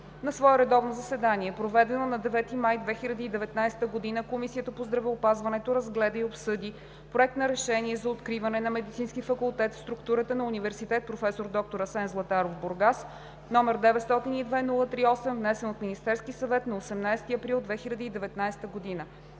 На свое редовно заседание, проведено на 9 май 2019 г., Комисията по здравеопазването разгледа и обсъди Проект на решение за откриване на Медицински факултет в структурата на Университет „Проф. д-р Асен Златаров“ – Бургас, № 902-03-8, внесен от Министерския съвет на 18 април 2019 г.